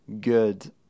good